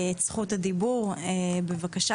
בבקשה.